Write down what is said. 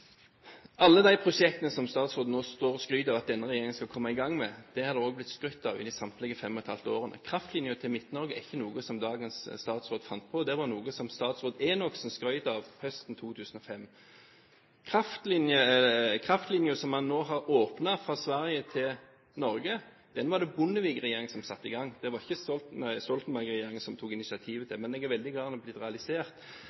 Alle de prosjektene som statsråden nå står og skryter av at denne regjeringen skal komme i gang med, er det også blitt skrytt av i samtlige av de fem og et halvt årene. Kraftlinje til Midt-Norge er ikke noe som dagens statsråd fant på. Det var noe som statsråd Enoksen skrøt av høsten 2005. Kraftlinjen som man nå har åpnet fra Sverige til Norge, var det Bondevik-regjeringen som satte i gang, det var ikke Stoltenberg-regjeringen som tok initiativet